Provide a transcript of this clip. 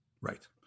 Right